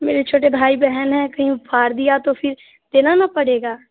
मेरे छोटे भाई बहन है कहीं फाड़ दिया तो फिर देना ना पड़ेगा